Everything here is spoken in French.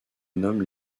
nomment